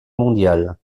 mondiale